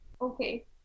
okay